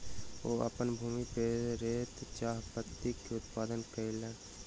ओ अपन भूमि पर श्वेत चाह पत्ती के उत्पादन कयलैन